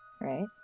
right